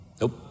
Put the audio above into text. Nope